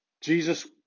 Jesus